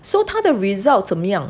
so 他的 result 怎么样